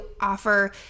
offer